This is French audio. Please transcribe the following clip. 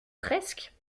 presque